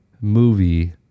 movie